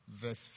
verse